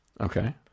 Okay